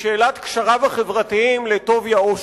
בשאלת קשריו החברתיים עם טוביה אושרי.